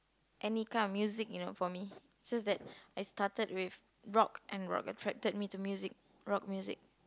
any kind of music you know for me just that I started with rock and rock attracted me to music rock music